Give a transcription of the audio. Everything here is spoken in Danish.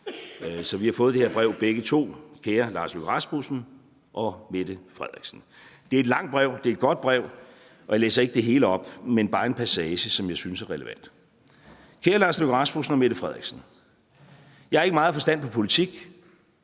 så vi har fået det her brev begge to: Kære Lars Løkke Rasmussen og Mette Frederiksen. Det er et langt brev, det er et godt brev, og jeg læser ikke det hele op, men bare en passage, som jeg synes er relevant: Kære Lars Løkke Rasmussen og Mette Frederiksen. Jeg har ikke meget forstand på politik,